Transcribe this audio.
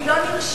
היא לא נרשמה.